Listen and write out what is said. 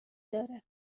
داره